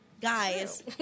Guys